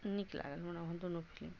नीक लागल हमरा ओहो दुनू फिलिम